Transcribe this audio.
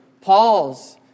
Paul's